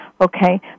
okay